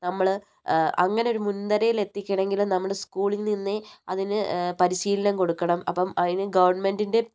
നമ്മൾ അങ്ങനെ ഒരു മുൻ നിരയിലെത്തിക്കണമെങ്കിൽ നമ്മുടെ സ്കൂളിൽ നിന്നേ അതിന് പരിശീലനം കൊടുക്കണം അപ്പം അതിന് ഗവൺമെന്റിന്റെ